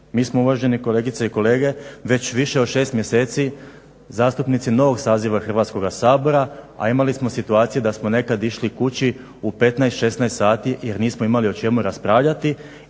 Mi smo uvažene kolegice i kolege već više od 6 mjeseci zastupnici novog saziva Hrvatskoga sabora, a imali smo situacije da smo nekada išli kući u 15, 16 sati jer nismo imali o čemu raspravljati